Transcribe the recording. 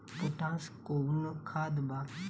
Potash कोउन खाद बा?